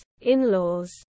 in-laws